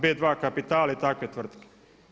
B2 kapital i takve tvrtke?